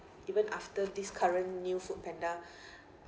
even after this current new foodpanda